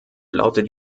lautet